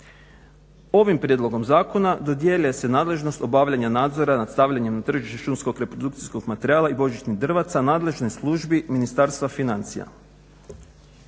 Ovim prijedlogom zakona dodjeljuje se nadležnost obavljanja nadzora nad stavljanjem na tržište šumskog reprodukcijskog materijala i božićnih drvaca nadležnoj službi Ministarstva financija.